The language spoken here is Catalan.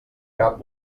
cap